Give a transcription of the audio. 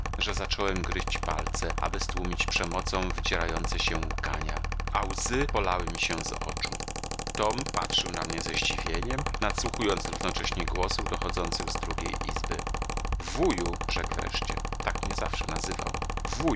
że zacząłem gryźć palce aby stłumić przemocą wydzierające się łkania a łzy polały mi się z oczu tom patrzył na mnie ze zdziwieniem nadsłuchując równocześnie głosów dochodzących z drugiej izby wuju rzekł wreszcie tak mnie zawsze nazywał wuju